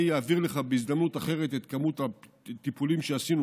אני אעביר לך בהזדמנות אחרת את כמות הטיפולים שעשינו